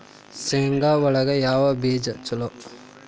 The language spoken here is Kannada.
ಶೇಂಗಾ ಒಳಗ ಯಾವ ಬೇಜ ಛಲೋ?